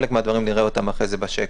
חלק מהדברים נראה אחרי זה בשקף.